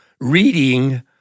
reading